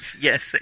yes